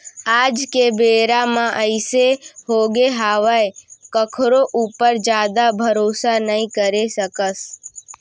आज के बेरा म अइसे होगे हावय कखरो ऊपर जादा भरोसा नइ करे सकस